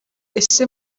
ese